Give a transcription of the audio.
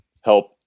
help